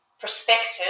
perspective